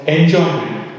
Enjoyment